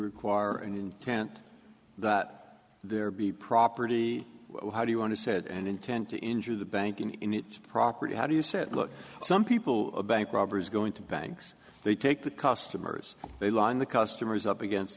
require an intent that there be property how do you want to set an intent to injure the banking in its property how do you say look some people bank robbers go into banks they take the customers they line the customers up against